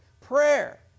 Prayer